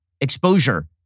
exposure